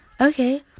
okay